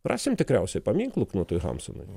rasim tikriausiai paminklų knutui hamsunui